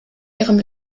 ihrem